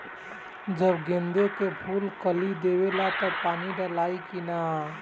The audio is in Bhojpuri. जब गेंदे के फुल कली देवेला तब पानी डालाई कि न?